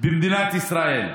במדינת ישראל.